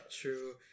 true